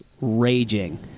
raging